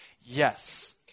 yes